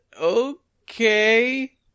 Okay